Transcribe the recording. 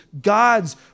God's